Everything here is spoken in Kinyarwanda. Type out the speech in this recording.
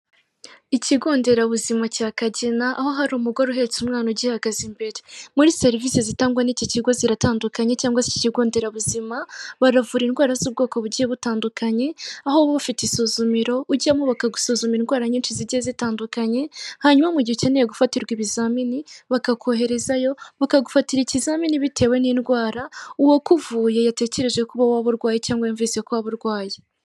Ikigo nderabuzima cya Kagena aho hari umugore uhetse umwana ugihagaze imbere, muri serivisi zitangwa n'iki kigo ziratandukanye, cyangwa iki kigo nderabuzima baravura indwara z'ubwoko bugiye butandukanye, aho uba ufite isuzumiro ujyamo bakagusuzuma indwara nyinshi zigiye zitandukanye, hanyuma mu gihe ukeneye gufatirwa ibizamini, bakakoherezayo bakagufatira ikizamini bitewe n'indwara uwakuvuye yatekereje kuba waba urwaye cyangwa yumvise ko waba urwaye.